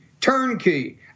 turnkey